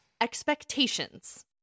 expectations